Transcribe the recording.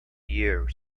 year